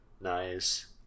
Nice